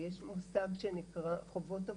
ויש מושג שנקרא חובות אבודים,